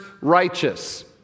righteous